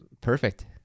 Perfect